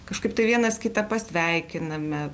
kažkaip tai vienas kitą pasveikiname